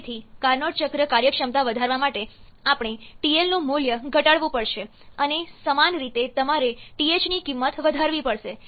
તેથી કાર્નોટ ચક્ર કાર્યક્ષમતા વધારવા માટે આપણે TL નું મૂલ્ય ઘટાડવું પડશે અને સમાન રીતે તમારે TH ની કિંમત વધારવી પડશે